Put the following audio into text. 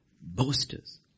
boasters